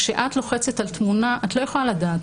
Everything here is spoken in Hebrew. כשאת לוחצת על תמונה את לא יכולה לדעת